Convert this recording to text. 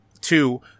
Two